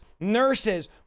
nurses